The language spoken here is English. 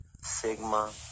Sigma